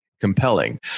Compelling